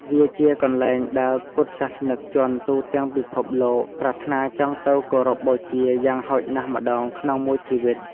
វាជាកន្លែងដែលពុទ្ធសាសនិកជនទូទាំងពិភពលោកប្រាថ្នាចង់ទៅគោរពបូជាយ៉ាងហោចណាស់ម្ដងក្នុងមួយជីវិត។